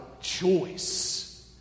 choice